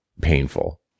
painful